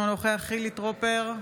אינו נוכח חילי טרופר,